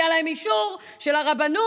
היה להם אישור של הרבנות,